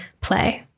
play